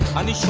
on.